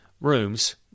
rooms